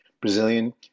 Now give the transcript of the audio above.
Brazilian